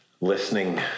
listening